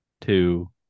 two